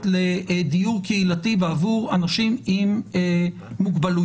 לדיור קהילתי בעבור אנשים עם מוגבלויות,